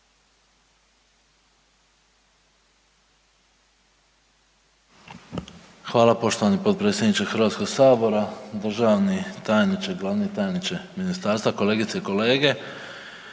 Hvala poštovani potpredsjedniče Hrvatskog sabora. Državni tajniče, glavni tajniče ministarstva, kolegice i kolege